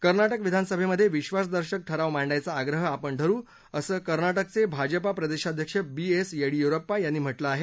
कर्नाटक विधानसभेमधे विक्वासदर्शक ठराव मांडायचा आग्रह आपण धरु असं कर्नाटकचे भाजपा प्रदेशाध्यक्ष बी एस येदियुरप्पा यांनी म्हटलं आहे